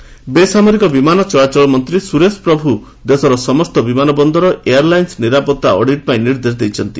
ପ୍ରଭୁ ସେଫ୍ଟି ବେସାମରିକ ବିମାନ ଚଳାଚଳ ମନ୍ତ୍ରୀ ସୁରେଶ ପ୍ରଭୁ ଦେଶର ସମସ୍ତ ବିମାନ ବନ୍ଦର ଏୟାର୍ ଲାଇନସ୍ ନିରାପତ୍ତା ଅଡିଟ୍ ପାଇଁ ନିର୍ଦ୍ଦେଶ ଦେଇଛନ୍ତି